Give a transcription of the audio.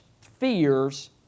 fears